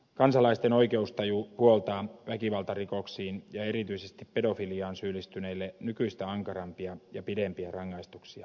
kansalaisten oikeustaju puoltaa väkivaltarikoksiin ja erityisesti pedofiliaan syyllistyneille nykyistä ankarampia ja pidempiä rangaistuksia